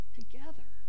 together